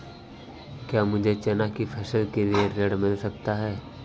क्या मुझे चना की फसल के लिए ऋण मिल सकता है?